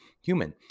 human